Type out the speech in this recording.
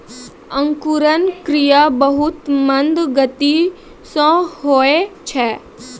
अंकुरन क्रिया बहुत मंद गति सँ होय छै